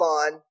fun